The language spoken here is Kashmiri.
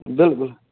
بِلکُل